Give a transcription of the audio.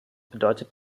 bedeutet